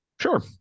Sure